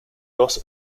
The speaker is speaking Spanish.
dos